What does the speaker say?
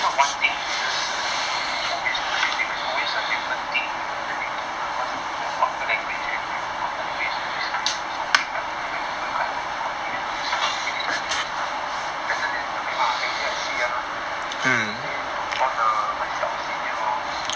one thing 死死 always do same thing there's always are different thing different learning thing mah cause you know computer language and you know computer language always so big [what] even human can't comprehend all these always learning new stuff better than the map lah everyday I see ah everyday I see all the seniors hor